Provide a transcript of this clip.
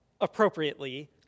appropriately